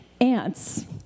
ants